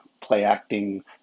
play-acting